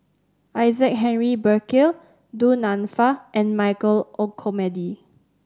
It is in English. Isaac Henry Burkill Du Nanfa and Michael Olcomendy